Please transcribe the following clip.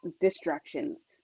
distractions